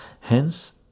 Hence